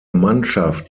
mannschaft